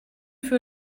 für